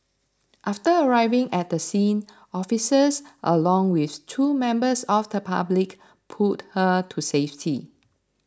after arriving at the scene officers along with two members of the public pulled her to safety